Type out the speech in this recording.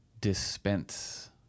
dispense